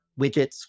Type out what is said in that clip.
widgets